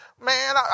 Man